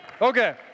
Okay